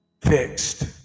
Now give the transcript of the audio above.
fixed (